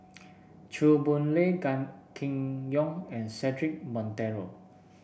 Chew Boon Lay Gan Kim Yong and Cedric Monteiro